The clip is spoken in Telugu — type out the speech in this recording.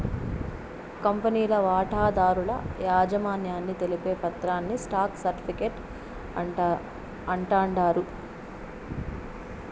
కంపెనీల వాటాదారుల యాజమాన్యాన్ని తెలిపే పత్రాని స్టాక్ సర్టిఫీకేట్ అంటాండారు